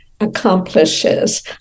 accomplishes